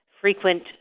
frequent